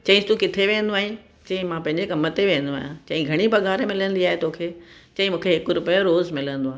चयईंसि तूं किथें वेंदो आहीं चयईं मां पंहिंजे कम ते वेंदो आहियां चयईं घणी पघारु मिलंदी आहे तोखे चयईं मूंखे हिकु रुपयो रोज़ मिलंदो आहे